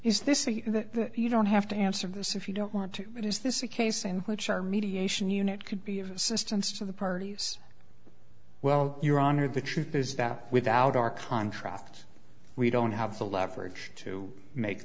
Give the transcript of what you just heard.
is this is that you don't have to answer this if you don't want to but is this a case in which our mediation unit could be of assistance to the parties well your honor the truth is that without our contracts we don't have the leverage to make